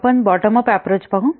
आपण bottom up approach पाहू